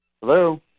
Hello